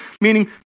Meaning